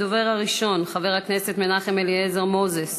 הדובר הראשון, חבר הכנסת מנחם אליעזר מוזס,